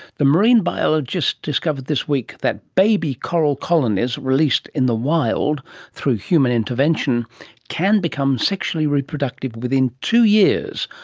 the marine biologist discovered this week that baby coral colonies released in the wild through human intervention can become sexually reproductive within two years,